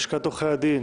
לשכת עורכי הדין